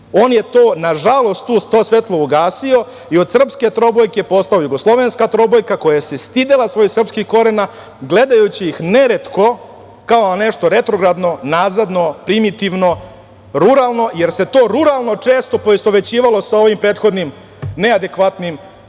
On je, nažalost, to svetlo ugasio i od srpske trobojke postao jugoslovenska trobojka, koja se stidela svojih srpskih korena, gledajući ih neretko kao na nešto retrogradno, nazadno, primitivno, ruralno, jer se to ruralno često poistovećivalo sa ovim prethodnim neadekvatnim, netačnim